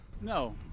No